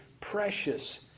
precious